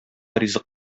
ризык